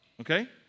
Okay